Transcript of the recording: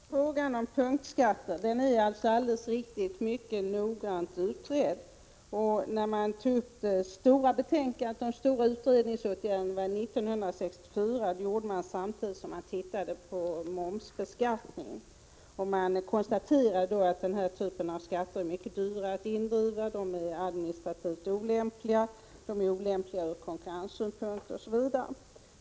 Herr talman! Först till frågan om punktskatter. Den är — det är alldeles riktigt — mycket noggrant utredd. Det gjorde man samtidigt som man utredde momsen 1964. Man konstaterade då att den här typen av skatter är mycket dyr att indriva, de är administrativt olämpliga, de är olämpliga från konkurrenssynpunkt osv.